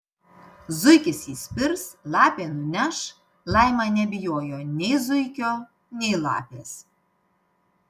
zuikis įspirs lapė nuneš laima nebijojo nei zuikio nei lapės